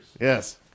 Yes